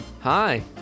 Hi